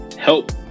help